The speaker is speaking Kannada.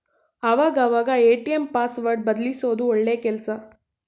ಆವಾಗ ಅವಾಗ ಎ.ಟಿ.ಎಂ ಪಾಸ್ವರ್ಡ್ ಬದಲ್ಯಿಸೋದು ಒಳ್ಳೆ ಕೆಲ್ಸ